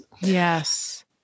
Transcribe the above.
Yes